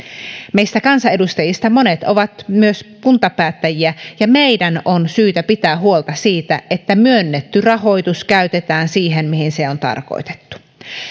meistä kansanedustajista monet ovat myös kuntapäättäjiä ja meidän on syytä pitää huolta siitä että myönnetty rahoitus käytetään siihen mihin se on tarkoitettu